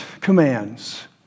commands